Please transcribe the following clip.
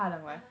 (uh huh)